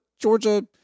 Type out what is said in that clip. Georgia